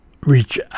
reach